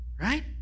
Right